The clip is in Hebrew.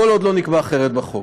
כל עוד לא נקבע אחרת בחוק.